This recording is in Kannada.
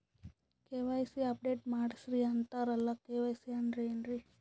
ಕೆ.ವೈ.ಸಿ ಅಪಡೇಟ ಮಾಡಸ್ರೀ ಅಂತರಲ್ಲ ಕೆ.ವೈ.ಸಿ ಅಂದ್ರ ಏನ್ರೀ?